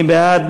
מי בעד?